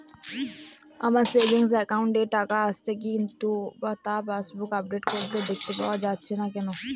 আমার savings account এ টাকা আসছে কিন্তু তা পাসবুক আপডেট করলে দেখতে পাওয়া যাচ্ছে না কেন?